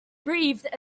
breathed